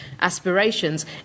aspirations